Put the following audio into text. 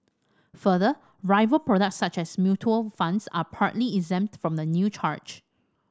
further rival products such as mutual funds are partly exempt from the new charge